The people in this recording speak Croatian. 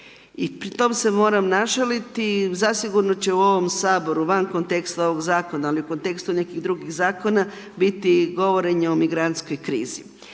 i pri tome se moram našaliti zasigurno će u ovom saboru, van konteksta ovog zakona, ali u konteksta nekih drugih zakona, biti govorenja o migrantskoj krizi